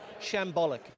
shambolic